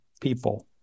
people